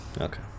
Okay